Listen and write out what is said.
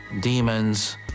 demons